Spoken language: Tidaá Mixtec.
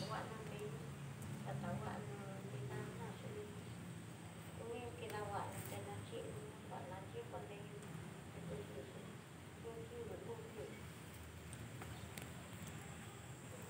Nguanú nreyú xatangua nó nridaná xin nikidanguana, tenachiko nreyuná te kudijió iin kii uu kii.